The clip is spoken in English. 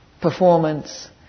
performance